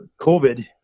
COVID